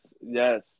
yes